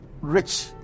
rich